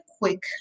quick